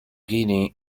guinea